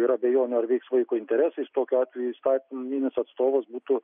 yra abejonių ar veiks vaiko interesais tokiu atveju įstatyminis atstovas būtų